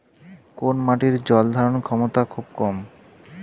কোন মাটির জল ধারণ ক্ষমতা খুব কম?